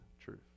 truth